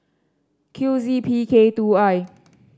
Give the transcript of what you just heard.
Q Z P K two I